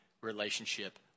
relationship